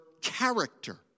character